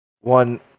one